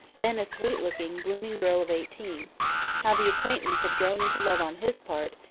then a sweet looking, blooming girl of eighteen how the acquaintance had grown into love on his part,